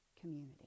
community